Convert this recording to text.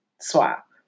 swap